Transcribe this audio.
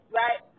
right